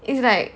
it's like